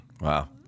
Wow